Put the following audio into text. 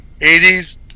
80s